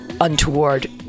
untoward